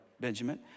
Benjamin